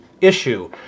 Issue